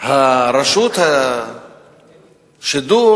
רשות השידור